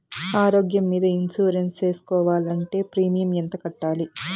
ఆరోగ్యం మీద ఇన్సూరెన్సు సేసుకోవాలంటే ప్రీమియం ఎంత కట్టాలి?